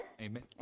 amen